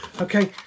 okay